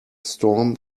storm